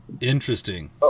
interesting